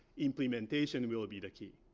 implementation and will be the key.